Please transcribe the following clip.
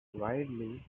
widely